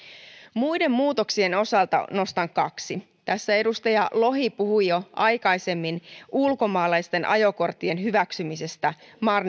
muiden muutoksien osalta nostan kaksi edustaja lohi puhui jo aikaisemmin ulkomaalaisten ajokorttien hyväksymisestä